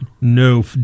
No